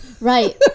Right